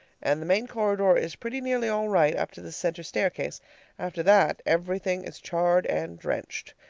and the main corridor is pretty nearly all right up to the center staircase after that everything is charred and drenched.